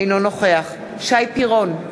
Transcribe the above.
אינו נוכח שי פירון,